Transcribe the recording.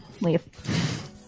leave